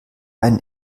einen